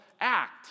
act